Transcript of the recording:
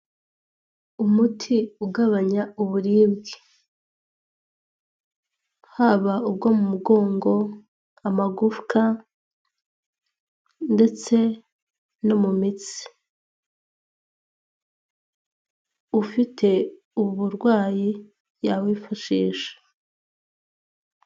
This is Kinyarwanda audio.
Umuti ugabanya uburibwe haba ubwo mu mugongo; amagufwa ndetse no mu mitsi, ufite uburwayi yawifashisha.